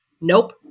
nope